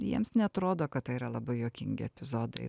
jiems neatrodo kad tai yra labai juokingi epizodai